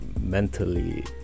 Mentally